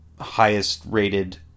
highest-rated